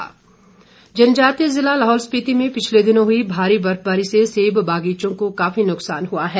नुकसान जनजातीय ज़िला लाहौल स्पिति में पिछले दिनों हुई भारी बर्फबारी से सेब बागीचों को काफी नुकसान हुआ है